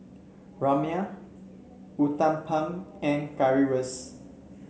Rajma Uthapam and Currywurst